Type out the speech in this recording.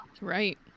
Right